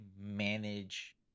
manage